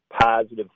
positive